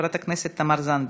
חברת הכנסת תמר זנדברג,